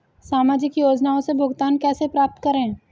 सामाजिक योजनाओं से भुगतान कैसे प्राप्त करें?